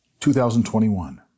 2021